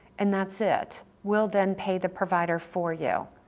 and that's it, we'll then pay the provider for you.